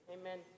Amen